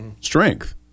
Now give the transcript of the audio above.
strength